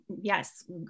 yes